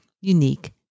unique